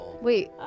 Wait